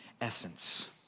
essence